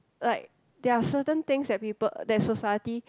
like there are certain things that people that society